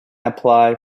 apply